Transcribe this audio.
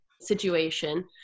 situation